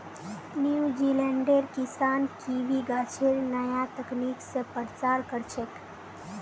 न्यूजीलैंडेर किसान कीवी गाछेर नया तकनीक स प्रसार कर छेक